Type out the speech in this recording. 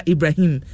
Ibrahim